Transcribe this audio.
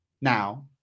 now